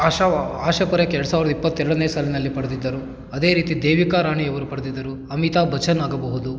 ಆಶಾ ಆಶಾ ಪಾರೀಖ್ ಎರಡು ಸಾವ್ರದ ಇಪ್ಪತ್ತೆರಡನೆ ಸಾಲಿನಲ್ಲಿ ಪಡೆದಿದ್ದರು ಅದೇ ರೀತಿ ದೇವಿಕಾ ರಾಣಿಯವರು ಪಡೆದಿದ್ದರು ಅಮಿತಾ ಬಚ್ಚನ್ ಆಗಬಹುದು